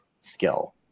skill